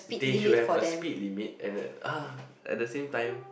they should have a speed limit and then uh at the same time